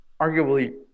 arguably